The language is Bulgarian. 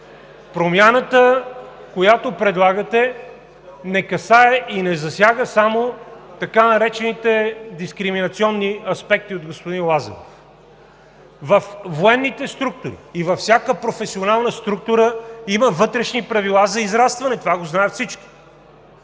Промяната, която предлагате, не касае и не засяга само така наречените от господин Лазаров „дискриминационни аспекти“. Във военните структури и във всяка професионална структура има вътрешни правила за израстване – това го знаят всички.